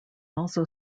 also